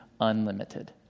unlimited